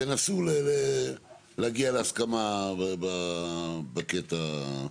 תנסו להגיע להסכמה בקטע הזה.